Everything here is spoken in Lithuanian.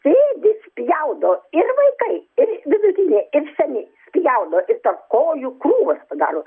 sėdi spjaudo ir vaikai ir vidutiniai ir seni spjaudo ir tarp kojų krūvos daro